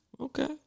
Okay